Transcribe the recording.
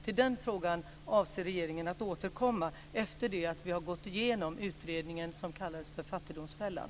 Regeringen avser att återkomma till den frågan efter det att vi har gått igenom den utredning som kallades fattigdomsfällan.